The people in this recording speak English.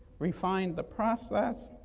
refined the process,